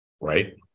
Right